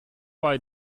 bei